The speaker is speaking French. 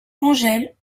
angèle